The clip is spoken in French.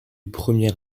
premier